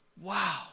wow